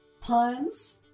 puns